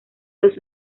los